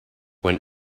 when